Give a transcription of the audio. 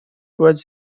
was